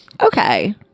okay